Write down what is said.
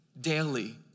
daily